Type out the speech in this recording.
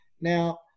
Now